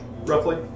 roughly